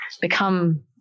become